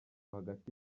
hagati